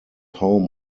home